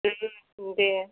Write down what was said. उम दे